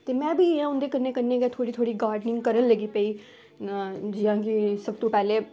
ते में बी इ'यां उं'दे कन्नै कन्नै गै थोह्ड़ी थोह्ड़ी गार्डनिंग करन लगी पेई जियां कि सब तूं पैह्लें